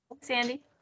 Sandy